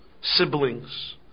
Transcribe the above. siblings